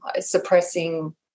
suppressing